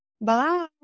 bye